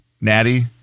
Natty